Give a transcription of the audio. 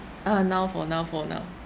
uh now for now for now